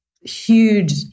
huge